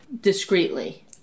Discreetly